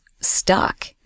stuck